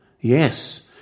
Yes